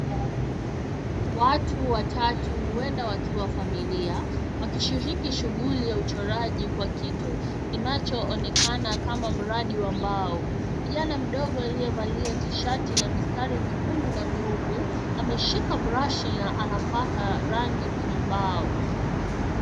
Watu watatu huenda wakiwa familia wakishiriki shughuli ya uchoraji kwa kitu kinachoonekana kama mradi wa mbao. Kijana mdogo aliyevalia tishati la mistari mekundu na meupe ameshika brashi anapaka rangi kwenye mbao.